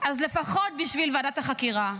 אז לפחות בשביל ועדת החקירה.